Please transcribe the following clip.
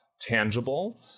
tangible